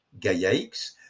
GaiaX